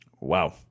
Wow